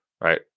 right